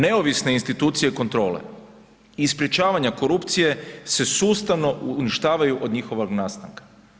Neovisne institucije kontrole i sprječavanja korupcije se sustavno uništavaju od njihovog nastanka.